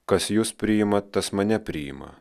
kas jus priima tas mane priima